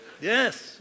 Yes